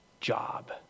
job